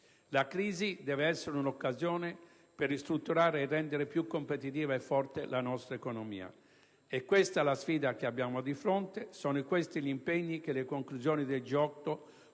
La crisi deve essere un'occasione per ristrutturare e rendere più competitiva e forte la nostra economia. È questa la sfida che abbiamo di fronte; sono questi gli impegni che le conclusioni del G8